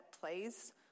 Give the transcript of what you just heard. plays